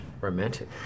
romantic